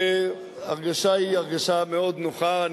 וההרגשה היא הרגשה מאוד נוחה,